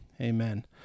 amen